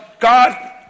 God